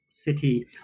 city